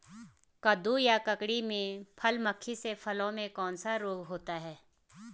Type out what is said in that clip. कद्दू या ककड़ी में फल मक्खी से फलों में कौन सा रोग होता है?